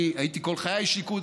אני הייתי כל חיי איש ליכוד,